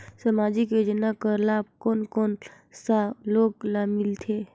समाजिक योजना कर लाभ कोन कोन सा लोग ला मिलथे?